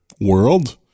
world